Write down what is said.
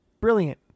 Brilliant